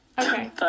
Okay